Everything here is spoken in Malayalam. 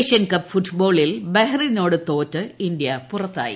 ഏഷ്യൻ കപ്പ് ഫൂട്ബോളിൽ ബഹ്റൈനോട് തോറ്റ് ഇന്ത്യ പുറ ത്തായി